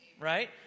right